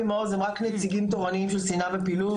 אבי מעוז הם רק נציגים תורניים של שנאה ופילוג.